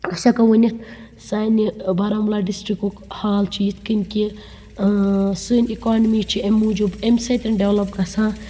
أسۍ ہٮ۪کَو ؤنِتھ سانہِ بارہمولہ ڈِسٹرکُک حال چھُ یِتھ کَنۍ کہ سٲنۍ اِکانمی چھِ امہِ موجوٗب امہِ سۭتۍ ڈیٚولَپ گژھان